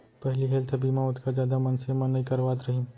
पहिली हेल्थ बीमा ओतका जादा मनसे मन नइ करवात रहिन